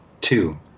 two